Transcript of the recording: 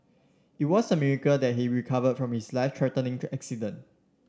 it was a miracle that he recover from his life threatening accident